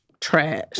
trash